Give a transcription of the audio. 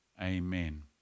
Amen